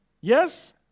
Yes